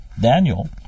Daniel